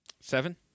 Seven